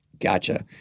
Gotcha